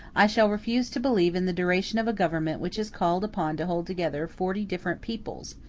i shall refuse to believe in the duration of a government which is called upon to hold together forty different peoples,